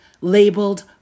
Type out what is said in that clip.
labeled